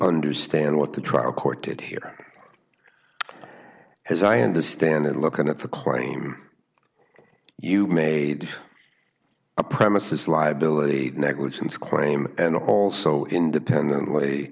understand what the trial court did here has i understand it looking at the claim you made a premises liability negligence claim and also independently